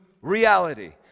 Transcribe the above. reality